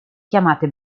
chiamate